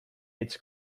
its